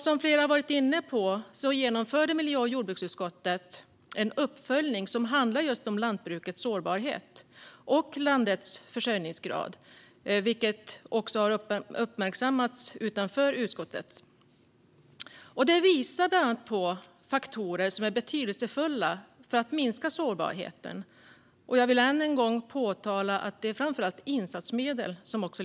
Som flera har varit inne på genomförde miljö och jordbruksutskottet en uppföljning som handlade just om lantbrukets sårbarhet och landets försörjningsgrad. Detta har också uppmärksammats utanför utskottet. Det visar bland annat på faktorer som är betydelsefulla för att minska sårbarheten. Jag vill än en gång påpeka att det är framför allt insatsmedel som lyfts fram.